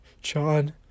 John